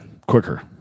quicker